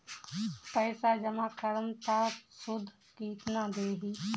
पैसा जमा करम त शुध कितना देही?